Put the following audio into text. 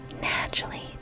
naturally